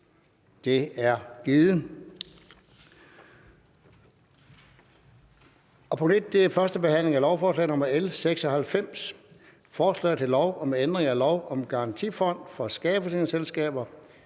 Det er givet.